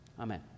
Amen